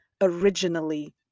originally